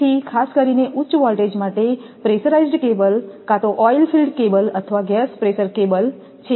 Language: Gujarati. તેથી ખાસ કરીને ઉચ્ચ વોલ્ટેજ માટે પ્રેશરાઇઝ્ડ કેબલ કાં તો ઓઇલ ફિલ્ડ કેબલ અથવા ગેસ પ્રેશર કેબલ છે